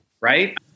right